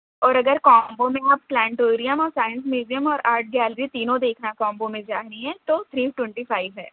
اور اگر کامبو میں آپ پلانٹوریم اور سائنس میوزیم اور آرٹ گیلری تینوں دیکھنا کامبو میں جا رہی ہیں تو تھری نوٹنی فائیو ہے